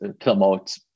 promote